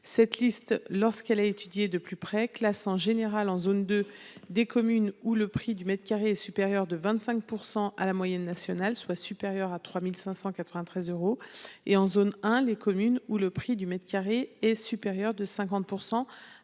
Cette liste lorsqu'elle a étudié de plus près la en général en zone de des communes où le prix du mètre carré est supérieur de 25% à la moyenne nationale soit supérieure à 3593 euros et en zone hein les communes où le prix du mètre carré est supérieur de 50%